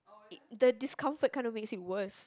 it the discomfort kind of makes it worse